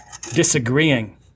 disagreeing